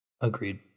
Agreed